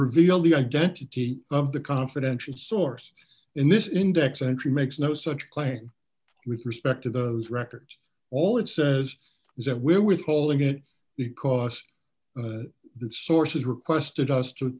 reveal the identity of the confidential source in this index entry makes no such claim with respect to those records all it says is that we're withholding it because the sources requested us to